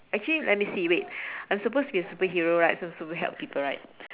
actually let me see wait I'm supposed to be a superhero right so supposed to help people right